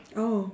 oh